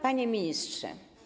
Panie Ministrze!